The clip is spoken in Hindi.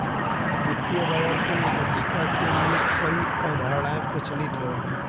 वित्तीय बाजार की दक्षता के लिए कई अवधारणाएं प्रचलित है